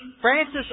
Francis